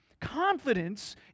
confidence